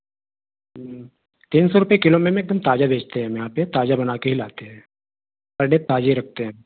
तीन सौ रुपये किलो में मैं एकदम ताज़ा बेचते हैं हम यहाँ पर ताज़ा बना कर ही लाते हैं हडे ताज़ा ही रखते हैं